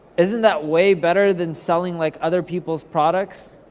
isn't that way better than selling like other peoples products?